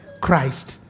Christ